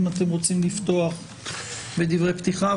אם אתם רוצים לפתוח בדברי פתיחה,